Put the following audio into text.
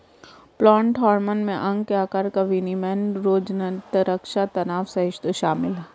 plant hormone में अंग के आकार का विनियमन रोगज़नक़ रक्षा तनाव सहिष्णुता शामिल है